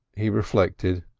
he reflected.